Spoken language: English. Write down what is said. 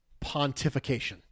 pontification